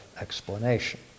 explanation